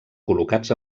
col·locats